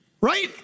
right